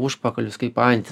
užpakalis kaip antys